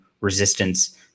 resistance